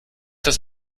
das